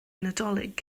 nadolig